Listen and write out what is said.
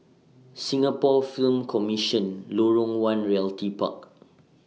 Singapore Film Commission Lorong one Realty Park